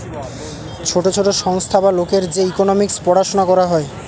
ছোট ছোট সংস্থা বা লোকের যে ইকোনোমিক্স পড়াশুনা করা হয়